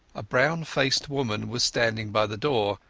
a brown-faced woman was standing by the door,